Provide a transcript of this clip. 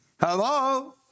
Hello